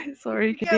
sorry